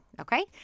Okay